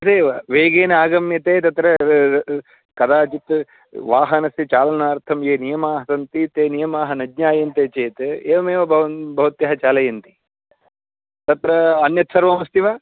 तदेव वेगेन आगम्यते तत्र कदाचित् वाहनस्य चालनार्थं ये नियमाः सन्ति ते नियमाः न ज्ञायन्ते चेत् एवमेव बवन् भवत्यः चालयन्ति तत्र अन्यत् सर्वमस्ति वा